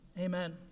amen